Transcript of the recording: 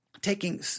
taking